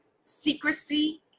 secrecy